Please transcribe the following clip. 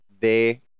de